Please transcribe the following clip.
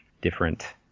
different